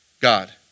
God